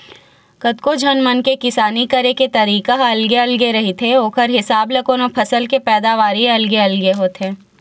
कतको झन मन के किसानी करे के तरीका ह अलगे अलगे रहिथे ओखर हिसाब ल कोनो फसल के पैदावारी अलगे अलगे होथे